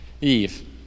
Eve